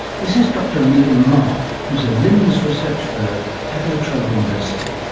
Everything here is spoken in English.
this is dr megan maher who is a lims research fellow at la trobe university.